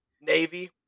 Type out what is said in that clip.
Navy